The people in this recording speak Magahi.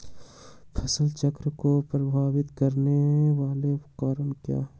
फसल चक्र को प्रभावित करने वाले कारक क्या है?